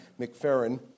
McFerrin